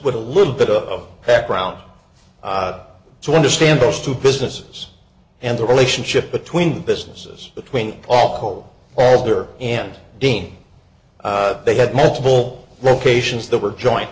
with a little bit of background to understand those two businesses and the relationship between businesses between all order and dean they had met all locations that were joint